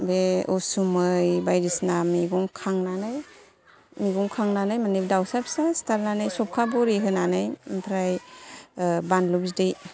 बे उसुमै बायदिसिना मैगं खांनानै मैगं खांनानै माने दाउसा फिसा सिथारनानै सबखा बरि होनानै ओमफ्राय बानलु बिदै